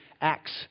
Acts